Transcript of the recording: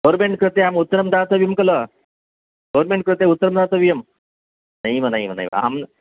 government कृते अहम् उत्तरं दातव्यं खलु गोर्मेण्ट् कृते उत्तरं दातव्यं नैव नैव नैव अहं